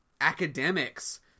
academics